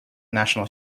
national